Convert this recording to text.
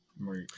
right